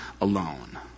alone